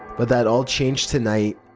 but that all changed tonight.